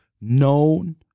known